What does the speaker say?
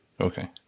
Okay